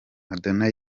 madonna